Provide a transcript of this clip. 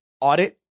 audit